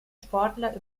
sportler